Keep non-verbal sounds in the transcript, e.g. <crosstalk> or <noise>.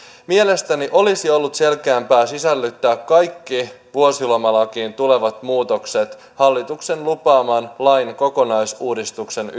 mielestäni olisi ollut selkeämpää sisällyttää kaikki vuosilomalakiin tulevat muutokset hallituksen lupaamaan lain kokonaisuudistukseen <unintelligible>